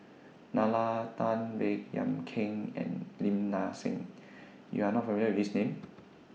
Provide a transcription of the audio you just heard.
Nalla Tan Baey Yam Keng and Lim Nang Seng YOU Are not familiar with These Names